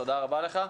תודה רבה לך.